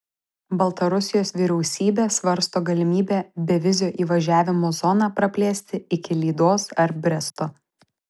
baltarusijos vyriausybė svarsto galimybę bevizio įvažiavimo zoną praplėsti iki lydos ar bresto